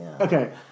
Okay